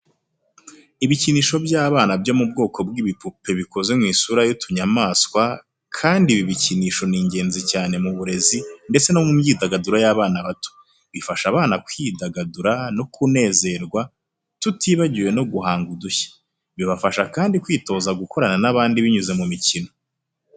Ibikinisho by’abana byo mu bwoko bw'ibipupe bikoze mu isura y'utunyamaswa kandi ibi bikinisho ni ingenzi cyane mu burezi ndetse n’imyidagaduro y’abana bato. Bifasha abana kwidagadura no kunezerwa tutibagiwe no guhanga udushya. Bibafasha kandi kwitoza gukorana n’abandi binyuze mu mikino.